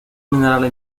minerales